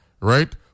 right